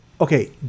Okay